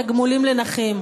תגמולים לנכים.